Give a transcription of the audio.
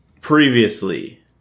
Previously